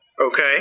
Okay